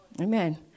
Amen